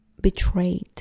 betrayed